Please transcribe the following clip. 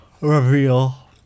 reveal